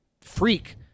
freak